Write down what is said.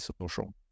social